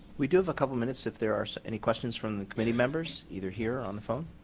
we do have a couple of minutes if there are any questions from the committee members either here or on the phone.